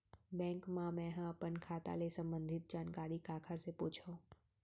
Bank मा मैं ह अपन खाता ले संबंधित जानकारी काखर से पूछव?